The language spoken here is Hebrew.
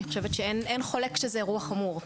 אני חושבת שאין חולק שזה אירוע חמור,